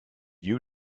you